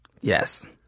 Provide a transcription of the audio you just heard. Yes